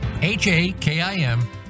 H-A-K-I-M